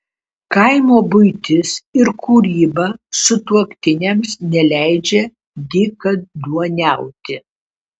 kaimo buitis ir kūryba sutuoktiniams neleidžia dykaduoniauti